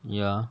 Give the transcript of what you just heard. ya